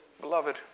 Beloved